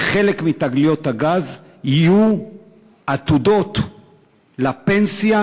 ושחלק מתגליות הגז יהיו עתודות לפנסיה